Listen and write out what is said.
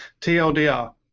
tldr